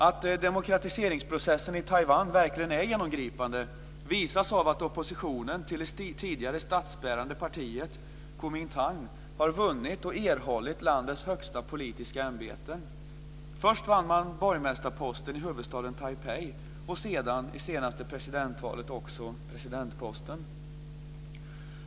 Att demokratiseringsprocessen i Taiwan verkligen är genomgripande visas av att oppositionen till det tidigare statsbärande partiet, Koumintang, har vunnit och erhållit landets högsta politiska ämbeten. Först vann han borgmästarposten i huvudstaden Tapiei och i senaste presidentvalet också presidentposten.